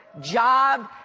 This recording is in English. job